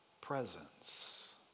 presence